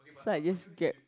so I just Grab